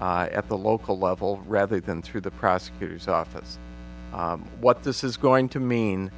at the local level rather than through the prosecutor's office what this is going to mean